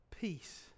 peace